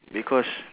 because